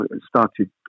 started